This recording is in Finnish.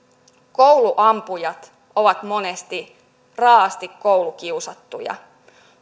kouluampujat ovat monesti raaasti koulukiusattuja